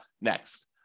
next